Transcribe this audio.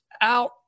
out